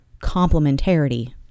complementarity